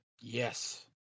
Yes